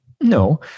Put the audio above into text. No